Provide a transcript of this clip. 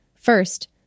First